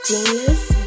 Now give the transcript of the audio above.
Genius